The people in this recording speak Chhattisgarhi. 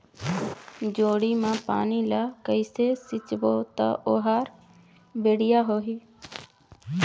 जोणी मा पानी ला कइसे सिंचबो ता ओहार बेडिया होही?